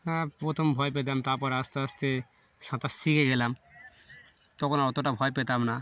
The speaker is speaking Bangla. হ্যাঁ প্রথম ভয় পেতাম তারপর আস্তে আস্তে সাঁতার শিখে গেলাম তখন অতটা ভয় পেতাম না